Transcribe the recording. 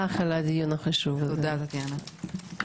הישיבה ננעלה בשעה 13:39.